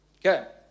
Okay